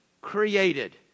created